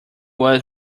was